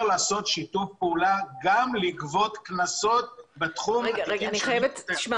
אפשר לעשות שיתוף פעולה ולגבות קנסות גם בתחום התיקים שאני פותח,